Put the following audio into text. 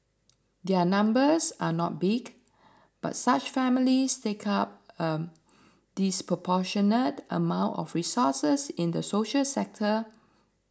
their numbers are not big but such families take up a disproportionate amount of resources in the social sector